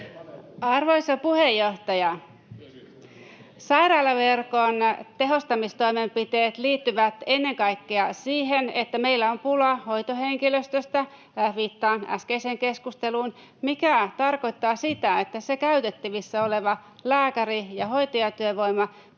Arvoisa puheenjohtaja! Sairaalaverkon tehostamistoimenpiteet liittyvät ennen kaikkea siihen, että meillä on pula hoitohenkilöstöstä — viittaan äskeiseen keskusteluun — mikä tarkoittaa sitä, että käytettävissä oleva lääkäri- ja hoitajatyövoima pitää